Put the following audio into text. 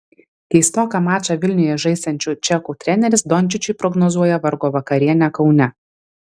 keistoką mačą vilniuje žaisiančių čekų treneris dončičiui prognozuoja vargo vakarienę kaune